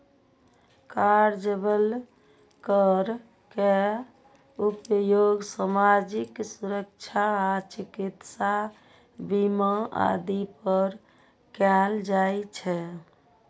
कार्यबल कर के उपयोग सामाजिक सुरक्षा आ चिकित्सा बीमा आदि पर कैल जाइ छै